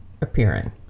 appearing